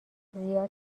زیاد